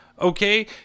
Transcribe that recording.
okay